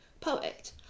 poet